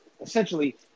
essentially